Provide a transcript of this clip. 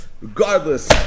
Regardless